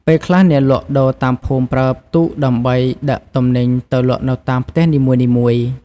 ពេលខ្លះអ្នកលក់ដូរតាមភូមិប្រើទូកដើម្បីដឹកទំនិញទៅលក់នៅតាមផ្ទះនីមួយៗ។